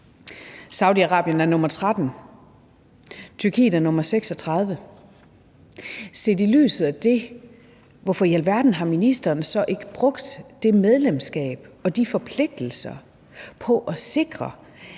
Saudi-Arabien er nr. 13, Tyrkiet er nr. 36. Set i lyset af det, hvorfor i alverden har ministeren så ikke brugt det medlemskab og de forpligtelser på at sikre,